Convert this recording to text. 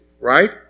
right